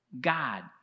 God